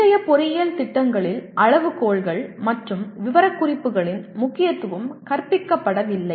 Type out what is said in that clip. இன்றைய பொறியியல் திட்டங்களில் அளவுகோல்கள் மற்றும் விவரக்குறிப்புகளின் முக்கியத்துவம் கற்பிக்கப்படவில்லை